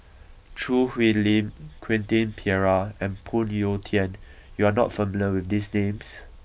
Choo Hwee Lim Quentin Pereira and Phoon Yew Tien you are not familiar with these names